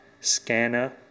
Scanner